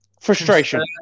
frustration